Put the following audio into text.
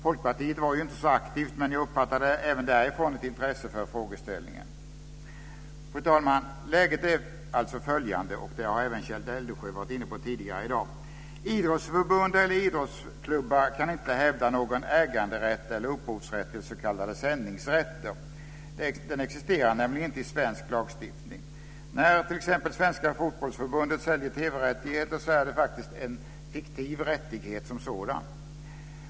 Folkpartiet var inte så aktivt, men jag uppfattade även därifrån ett intresse för frågeställningen. Fru talman! Läget är alltså följande, vilket även Kjell Eldensjö varit inne på tidigare i dag: Idrottsförbund eller idrottsklubbar kan inte hävda någon äganderätt eller upphovsrätt till s.k. sändningsrätter. Den existerar nämligen inte i svensk lagstiftning. När t.ex. Svenska Fotbollförbundet säljer TV-rättigheter är det faktiskt en fiktiv rättighet man säljer.